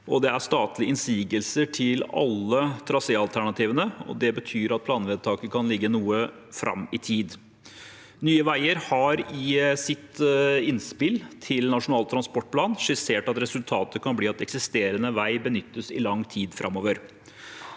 det er statlige innsigelser til alle traséalternativene. Det betyr at planvedtaket kan ligge noe fram i tid. Nye veier har i sitt innspill til Nasjonal transportplan skissert at resultatet kan bli at eksisterende vei benyttes i lang tid framover.